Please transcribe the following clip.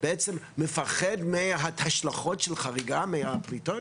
בעצם מפחד מההשלכות של חריגה מהפליטות?